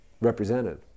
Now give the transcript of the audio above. represented